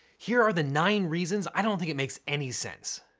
here are the nine reasons i don't think it makes any sense.